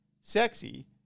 sexy